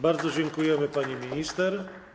Bardzo dziękujemy, pani minister.